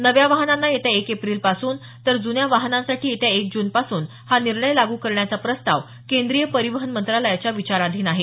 नव्या वाहनांना येत्या एक एप्रिलपासून तर जुन्या वाहनांसाठी येत्या एक जूनपासून हा निर्णय लागू करण्याचा प्रस्ताव केंद्रीय परिवहन मंत्रालयाच्या विचाराधीन आहे